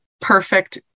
perfect